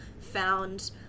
found